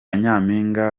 nyampinga